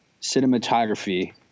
cinematography –